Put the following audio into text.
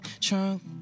trunk